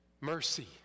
Mercy